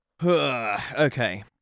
Okay